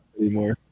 anymore